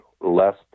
less